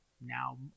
now